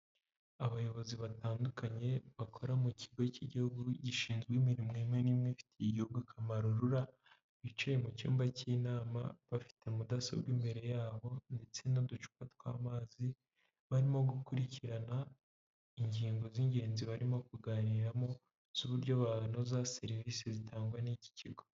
Abayobozi batandukanye bakora mu kigo cy'igihugu gishinzwe imirimo imwe n'imwe ifitiye igihugu akamaro RURA, bicaye mu cyumba cy'inama bafite mudasobwa imbere yabo ndetse n'uducupa tw'amazi, barimo gukurikirana ingingo z'ingenzi barimo kuganiramo z'uburyo banoza serivise zitangwa n'iki kigo.